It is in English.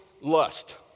lust